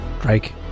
Drake